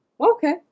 Okay